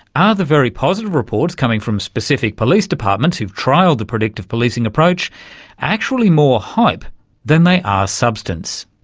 are the very positive reports coming from specific police departments who have trialled the predictive policing approach actually more hype than they are substance?